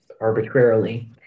arbitrarily